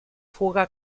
fuga